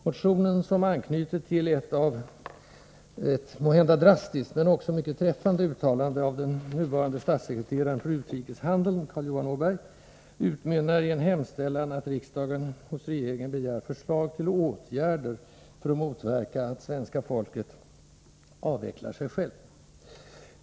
Motionen, som anknyter till ett måhända drastiskt men också mycket träffande uttalande av den nuvarande statssekreteraren för utrikeshandeln Carl Johan Åberg, utmynnar i en hemställan att riksdagen hos regeringen begär förslag till åtgärder för att motverka att svenska folket ”avvecklar sig självt”.